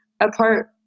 apart